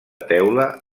teula